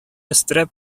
өстерәп